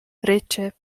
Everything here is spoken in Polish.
ryczy